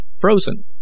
frozen